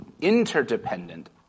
interdependent